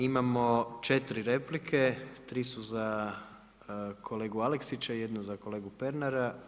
Imamo četiri replike, tri su za kolegu Aleksića, jedna za kolegu Pernara.